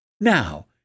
Now